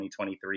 2023